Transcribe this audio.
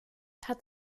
hat